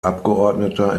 abgeordneter